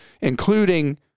including